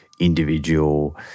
individual